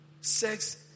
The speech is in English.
Sex